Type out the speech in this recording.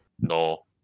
No